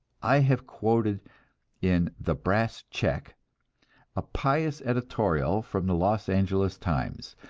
i have quoted in the brass check a pious editorial from the los angeles times,